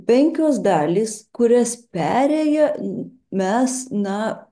penkios dalys kurias perėję mes na